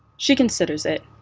she considers it.